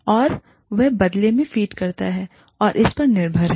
और वह बदले में फ़ीड करता है और इस पर निर्भर है